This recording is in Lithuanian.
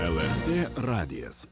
lrt radijas